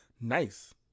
Nice